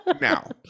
Now